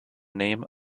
name